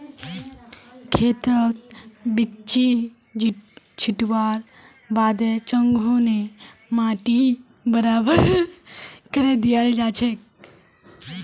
खेतत बिच्ची छिटवार बादे चंघू ने माटी बराबर करे दियाल जाछेक